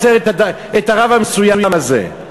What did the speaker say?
רוצה את הרב המסוים הזה,